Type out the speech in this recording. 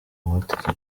amategeko